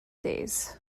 days